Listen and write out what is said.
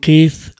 Keith